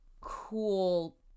cool